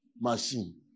machine